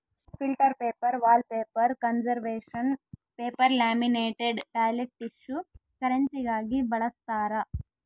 filter paper wallpaper conservation paper laminated toilet tissue ಕರೆನ್ಸಿಗಾಗಿ ಬಳಸ್ತಾರ